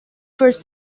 first